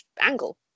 angle